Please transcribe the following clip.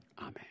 Amen